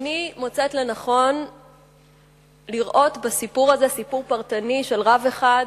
איני מוצאת לנכון לראות בסיפור הזה סיפור פרטני של רב אחד,